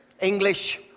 English